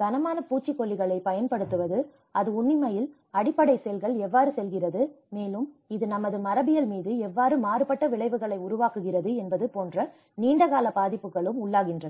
கனமான பூச்சிக்கொல்லிகளைப் பயன்படுத்துவது அது உண்மையில் அடிப்படை செல்கள் எவ்வாறு செல்கிறது மேலும் இது நமது மரபியல் மீது எவ்வாறு மாறுபட்ட விளைவுகளை உருவாக்குகிறது என்பது போன்றநீண்டகால பாதிப்புகளும் உள்ளாகின்றனர்